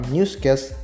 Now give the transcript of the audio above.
Newscast